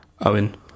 Owen